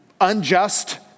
unjust